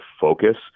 focus